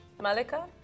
Malika